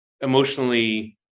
emotionally